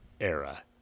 era